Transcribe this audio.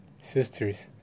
sisters